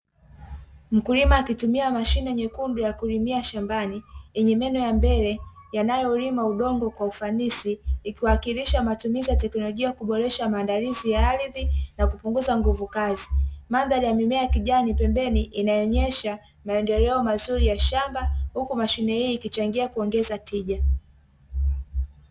Mkulima akitumia mashine nyekundu ya kulimia shambani yenye meno ya mbele yanayolima udongo kwa ufanisi, ikiwakilisha matumizi ya teknolojia kuboresha maandalizi ya ardhi na kupunguza nguvu kazi. Madhari ya mimea ya kijani pembeni inayoonyesha maendeleo mazuri ya shamba huku mashine hii ikichangia kuongeza tija.